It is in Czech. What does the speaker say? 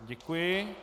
Děkuji.